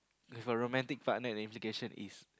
a romantic partner in implication is